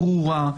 ברורה,